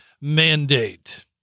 mandate